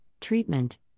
treatment